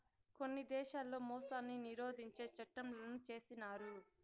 కొన్ని దేశాల్లో మోసాన్ని నిరోధించే చట్టంలను చేసినారు